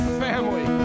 family